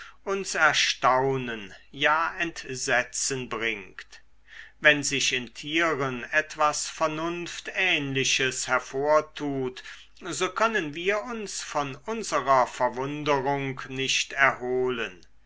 uns erstaunen ja entsetzen bringt wenn sich in tieren etwas vernunftähnliches hervortut so können wir uns von unserer verwunderung nicht erholen